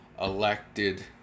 elected